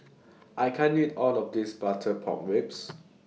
I can't eat All of This Butter Pork Ribs